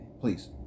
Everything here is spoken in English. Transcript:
Please